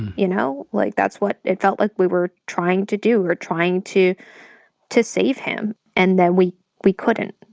you know, like, that's what it felt like we were trying to do. we were trying to to save him. and then we we couldn't.